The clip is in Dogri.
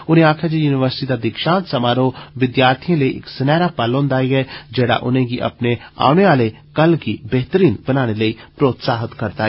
उनै आक्खेआ जे युनिवर्सिटी दा दीक्षांत समारोह विद्यार्थिये लेई इक सुनहरा पल हुन्दा ऐ जेहड़ा उनेंगी अपने औने आहले कल गी बेहतरीन बनाने लेई प्रोत्साहित करदा ऐ